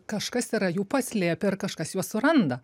kažkas yra jų paslėpę ir kažkas juos suranda